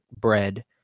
bread